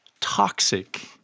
toxic